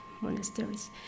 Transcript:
monasteries